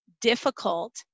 difficult